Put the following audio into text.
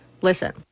Listen